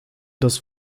das